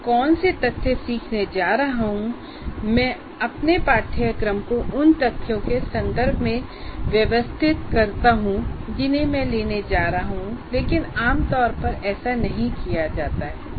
मैं कौन से तथ्य सीखने जा रहा हूं मैं अपने पाठ्यक्रम को उन तथ्यों के संदर्भ में व्यवस्थित करता हूं जिन्हें मैं लेने जा रहा हूं लेकिन आमतौर पर ऐसा नहीं किया जाता है